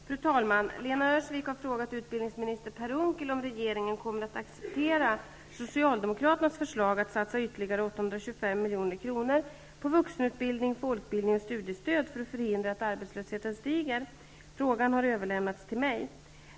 Fru talman! Lena Öhrsvik har frågat utbildningsminister Per Unckel om regeringen kommer att acceptera Socialdemokraternas förslag att satsa ytterligare 825 milj.kr. på vuxenutbildning, folkbildning och studiestöd för att förhindra att arbetslösheten stiger. Frågan har överlämnats till mig.